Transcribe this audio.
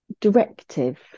directive